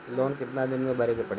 Loan कितना दिन मे भरे के पड़ी?